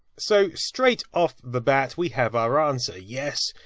so, straight off the bat. we have our answer yes,